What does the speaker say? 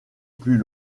plus